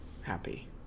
happy